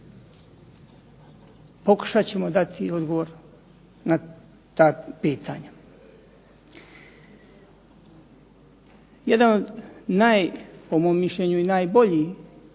Pokušat ćemo dati odgovor na ta pitanja. Jedan od naj po mom mišljenju i najbolji